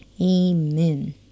Amen